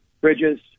bridges